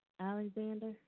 Alexander